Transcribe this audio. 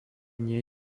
nie